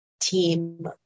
Team